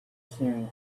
staring